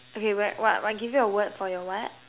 okay wait what what give you a word for your what